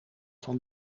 van